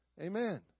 Amen